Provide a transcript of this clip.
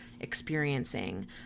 experiencing